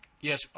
Yes